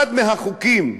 אחד מהחוקים היום,